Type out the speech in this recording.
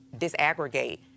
disaggregate